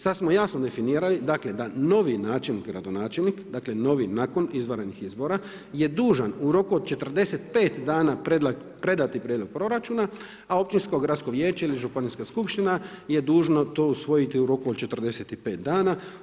Sad smo jasno definirali, dakle da novi načelnik, gradonačelnik, dakle novi nakon izvanrednih izbora je dužan u roku od 45 dana predati prijedlog proračuna, a općinsko gradsko vijeće ili županijska skupština je dužna to usvojiti u roku od 45 dana.